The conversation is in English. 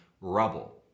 rubble